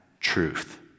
truth